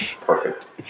Perfect